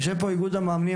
אני יודע שאיגוד המאמנים,